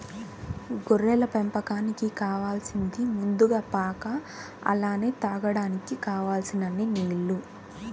గొర్రెల పెంపకానికి కావాలసింది ముందుగా పాక అలానే తాగడానికి కావలసినన్ని నీల్లు